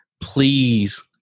please